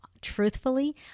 truthfully